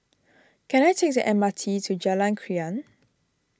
can I take the M R T to Jalan Krian